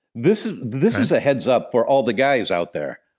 this this is a heads up for all the guys out there.